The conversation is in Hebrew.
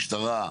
משטרה,